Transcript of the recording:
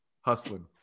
hustling